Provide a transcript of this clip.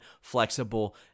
flexible